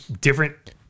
different